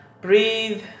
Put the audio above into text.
breathe